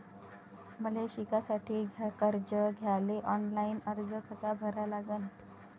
मले शिकासाठी कर्ज घ्याले ऑनलाईन अर्ज कसा भरा लागन?